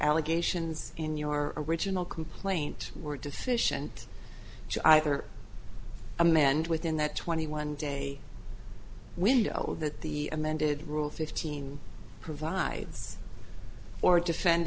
allegations in your original complaint were deficient either amend within that twenty one day window that the amended rule fifteen provides or defend